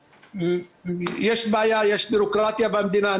יש בעיה, יש ביורוקרטיה במדינה.